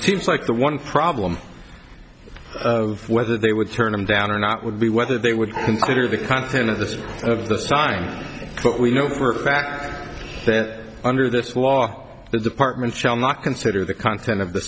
seems like the one problem of whether they would turn him down or not would be whether they would consider the content of the speech of the sign but we know for a fact that under this law the department shall not consider the content of the